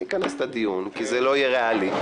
אני אכנס את הדיון כי זה לא יהיה ריאלי